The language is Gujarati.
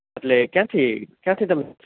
એટલે ક્યાંથી ક્યાંથી તમે